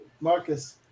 Marcus